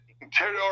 interior